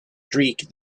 streak